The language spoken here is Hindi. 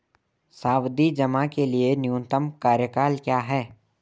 सावधि जमा के लिए न्यूनतम कार्यकाल क्या है?